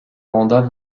mandat